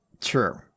True